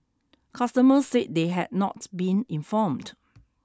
customers said they had not been informed